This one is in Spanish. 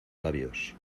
labios